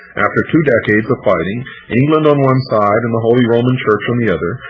after two decades of fighting england on one side and the holy roman church on the other,